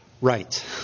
right